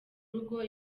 rugo